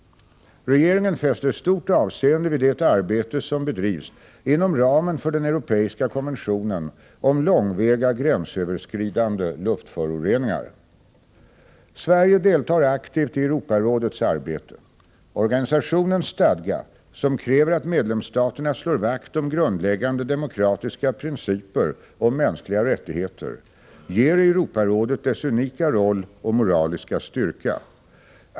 Regeringen fäster stort avseende vid det arbete som bedrivs inom ramen för den europeiska konventionen om långväga gränsöverskridande luftföroreningar. Sverige deltar aktivt i Europarådets arbete. Organisationens stadga, som kräver att medlemsstaterna slår vakt om grundläggande demokratiska principer och mänskliga rättigheter, ger Europarådet dess unika roll och moraliska styrka.